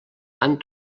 han